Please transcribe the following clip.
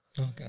Okay